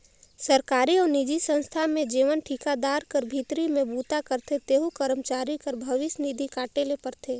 सरकारी अउ निजी संस्था में जेमन ठिकादार कर भीतरी में बूता करथे तेहू करमचारी कर भविस निधि काटे ले परथे